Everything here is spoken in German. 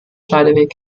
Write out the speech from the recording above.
scheideweg